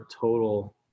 total